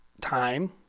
Time